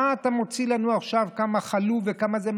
מה אתה מוציא לנו עכשיו כמה חלו וכמה זה?